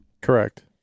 Correct